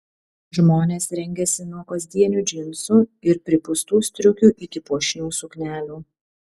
žmonės rengėsi nuo kasdienių džinsų ir pripūstų striukių iki puošnių suknelių